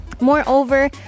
Moreover